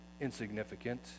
insignificant